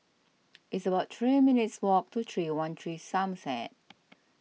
it's about three minutes' walk to three one three Somerset